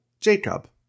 Jacob